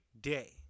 day